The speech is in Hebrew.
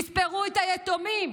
תספרו את היתומים,